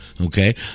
okay